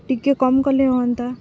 ଟିକେ କମ୍ କଲେ ହୁଅନ୍ତା